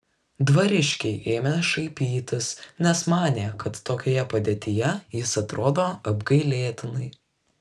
dvariškiai ėmė šaipytis nes manė kad tokioje padėtyje jis atrodo apgailėtinai